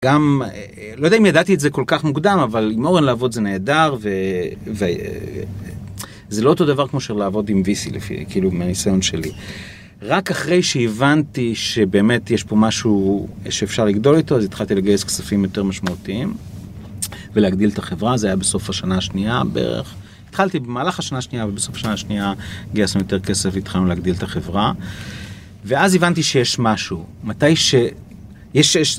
גם, לא יודע אם ידעתי את זה כל כך מוקדם, אבל עם אורן לעבוד זה נהדר, וזה לא אותו דבר כמו של לעבוד עם ויסי, לפי, כאילו, מהניסיון שלי. רק אחרי שהבנתי שבאמת יש פה משהו שאפשר לגדול אתו, אז התחלתי לגייס כספים יותר משמעותיים ולהגדיל את החברה, זה היה בסוף השנה השנייה בערך. התחלתי במהלך השנה השנייה ובסוף השנה השנייה גייסנו יותר כסף והתחלנו להגדיל את החברה, ואז הבנתי שיש משהו. מתי ש...